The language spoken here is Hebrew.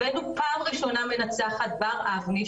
הבאנו פעם ראשונה מנצחת- בר אבני,